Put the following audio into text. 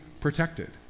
protected